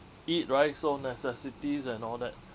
eat right so necessities and all that